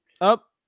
Up